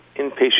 inpatient